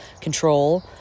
control